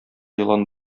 елан